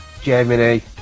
Germany